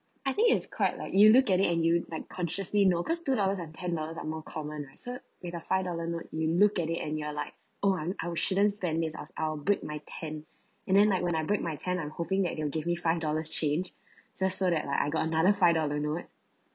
I think it's quite like you look at it and you like consciously know cause two dollars and ten dollars are more common ah so with a five dollar note you look at it and you're like oh I I shouldn't spend it I'll I'll break my ten and then like when I break my ten I'm hoping that they'll give me five dollars change just so that like I got another five dollar note